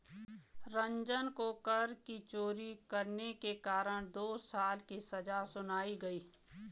रंजन को कर की चोरी करने के कारण दो साल की सजा सुनाई गई